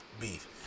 beef